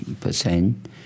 percent